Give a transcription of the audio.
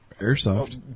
Airsoft